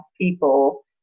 people